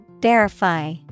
Verify